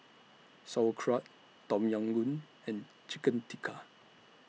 Sauerkraut Tom Yam Goong and Chicken Tikka